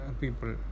people